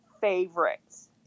favorites